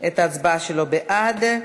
את ההצבעה שלו בעד.